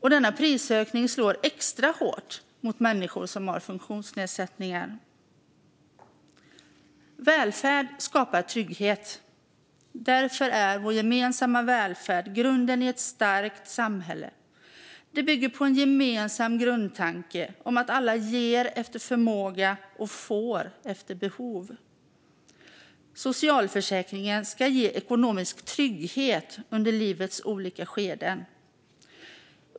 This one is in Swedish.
Denna prisökning slår extra hårt mot människor som har funktionsnedsättningar. Välfärd skapar trygghet. Därför är vår gemensamma välfärd grunden i ett starkt samhälle. Det bygger på en gemensam grundtanke om att alla ger efter förmåga och får efter behov. Socialförsäkringen ska ge ekonomisk trygghet under livets olika skeden.